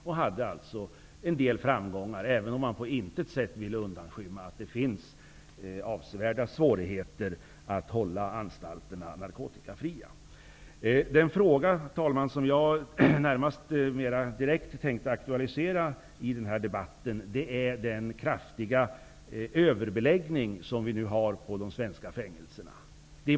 Man hade haft en del framgångar, även om man på intet sätt ville undanhålla att det fanns avsevärda svårigheter att hålla anstalten narkotikafri. Jag tänkte i den här debatten närmast aktualisera frågan om den kraftiga överbeläggningen i de svenska fängelserna.